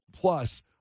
plus